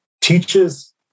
teaches